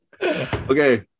Okay